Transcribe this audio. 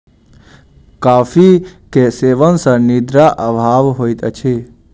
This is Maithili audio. कॉफ़ी के सेवन सॅ निद्रा अभाव होइत अछि